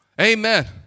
Amen